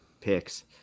picks